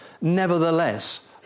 Nevertheless